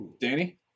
Danny